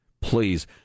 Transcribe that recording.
please